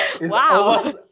wow